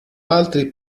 altri